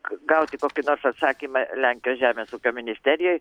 gauti kokį nors atsakymą lenkijos žemės ūkio ministerijoj